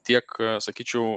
tiek sakyčiau